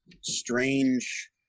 strange